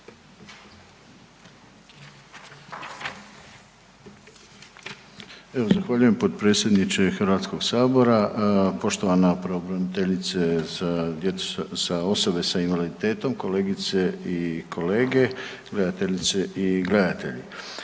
zahvaljujem potpredsjedniče HS-a, poštovana pravobraniteljice za djecu, sa osobe sa invaliditetom, kolegice i kolege, gledateljice i gledatelji.